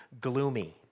gloomy